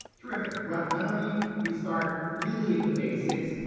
terrific. why why don't we start really at the basics,